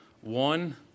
One